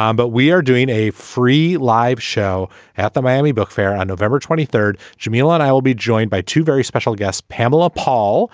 um but we are doing a free live show at the miami book fair on november twenty third. jamie lynn i will be joined by two very special guests pamela paul